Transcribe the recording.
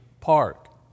Park